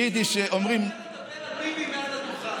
ביידיש אומרים, זה לא יפה לדבר על ביבי מעל הדוכן.